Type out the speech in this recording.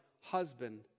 husband